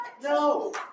No